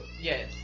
Yes